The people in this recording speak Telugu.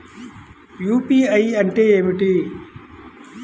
యూ.పీ.ఐ అంటే ఏమిటీ?